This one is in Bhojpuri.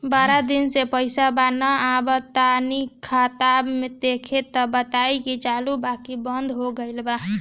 बारा दिन से पैसा बा न आबा ता तनी ख्ताबा देख के बताई की चालु बा की बंद हों गेल बा?